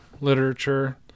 literature